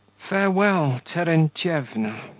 farewell, terentyevna.